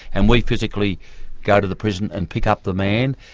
and we physically go to the prison and pick up the man,